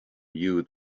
knew